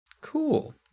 cool